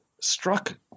struck